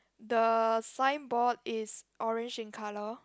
the signboard is orange in colour